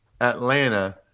Atlanta